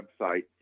website